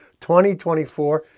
2024